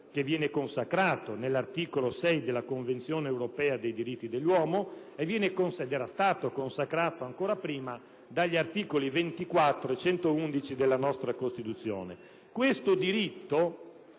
viene consacrato nell'articolo 6 della Convenzione europea dei diritti dell'uomo ed era stato consacrato ancora prima dagli articoli 24 e 111 della nostra Costituzione. Esso consiste